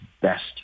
best